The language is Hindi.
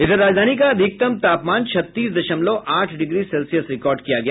उधर राजधानी का अधिकतम तापमन छत्तीस दशमलव आठ डिग्री सेल्सियस रिकार्ड किया गया